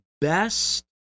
best